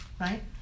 right